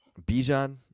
Bijan